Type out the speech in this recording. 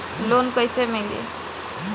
Loan कइसे मिली?